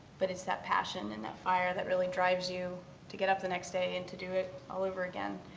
but it's that passion and that fire that really drives you to get up the next day and to do it all over again.